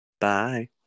bye